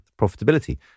profitability